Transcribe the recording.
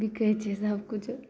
बिकै छै सबकिछु